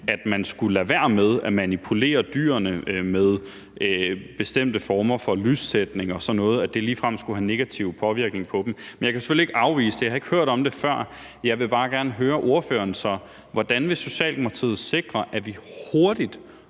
at man skulle lade være med at manipulere dyrene med bestemte former for lyssætning og sådan noget, ligefrem skulle have negativ påvirkning på dem. Men jeg kan selvfølgelig ikke afvise det – jeg har ikke hørt om det før. Jeg vil så bare gerne høre ordføreren: Hvordan vil Socialdemokratiet sikre, at vi hurtigt